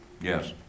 Yes